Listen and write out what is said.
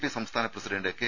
P സംസ്ഥാന president K